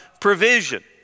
provision